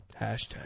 hashtag